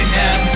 now